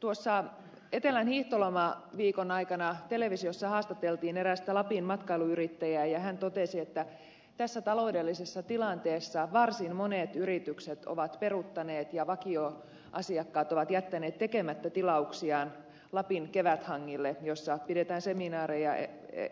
tuossa etelän hiihtolomaviikon aikana televisiossa haastateltiin erästä lapin matkailuyrittäjää ja hän totesi että tässä taloudellisessa tilanteessa varsin monet yritykset ovat peruuttaneet ja vakioasiakkaat ovat jättäneet tekemättä tilauksiaan lapin keväthangille missä pidetään seminaareja